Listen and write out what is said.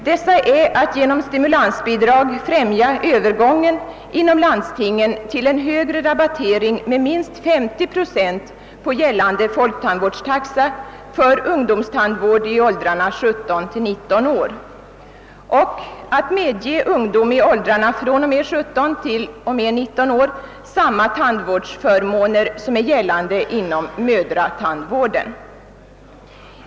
Dels kan man genom stimulansbidrag främja övergången inom landstingen till en högre rabattering med minst 50 procent på gällande folktandvårdstaxa för ungdomstandvård i åldrarna 17—19 år, dels kan man medge ungdom i denna åldersgrupp samma tandvårdsförmåner som gäller inom mödratandvården.